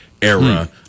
Era